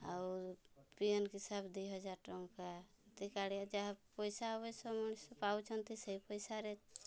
ଆଉ P M Kisan ଦୁଇହଜାରଟଙ୍କା କାଳିଆ ଯାହା ପଇସା ଅବଶ୍ୟ ମଣିଷ ପାଉଛନ୍ତି ସେ ପଇସାରେ